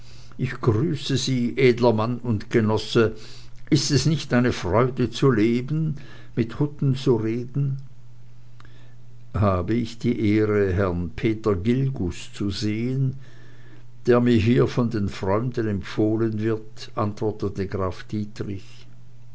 ich grüße sie edler mann und genosse ist es nicht eine freude zu leben mit hutten zu reden habe ich die ehre herrn peter gilgus zu sehen der mir hier von den freunden empfohlen wird antwortete graf dietrich